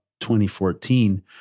2014